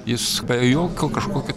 jis be jokio kažkokio